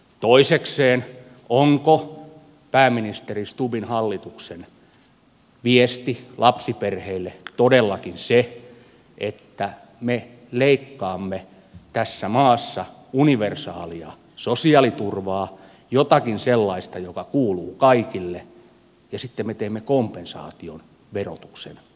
toisekseen onko pääministeri stubbin hallituksen viesti lapsiperheille todellakin se että me leikkaamme tässä maassa universaalia sosiaaliturvaa jotakin sellaista joka kuuluu kaikille ja sitten me teemme kompensaation verotuksen kautta